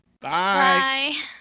Bye